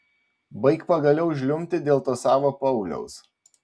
baik pagaliau žliumbti dėl to savo pauliaus